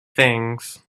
things